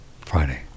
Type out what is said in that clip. Friday